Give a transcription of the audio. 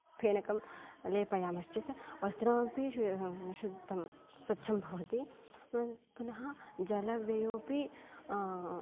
फेनकं लेपयामश्चेत् वस्त्रमपि शु शुद्धं स्वच्छं भवति पुनः जलव्ययोपि